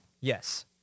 Yes